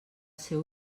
seu